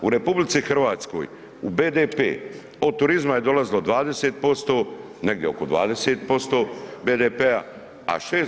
U RH u BDP od turizma je dolazilo 20%, negdje oko 20% BDP-a, a 6% od…